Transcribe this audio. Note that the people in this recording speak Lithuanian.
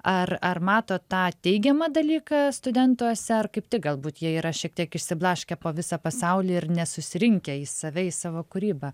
ar ar matot tą teigiamą dalyką studentuose ar kaip tik galbūt jie yra šiek tiek išsiblaškę po visą pasaulį ir nesusirinkę į save į savo kūrybą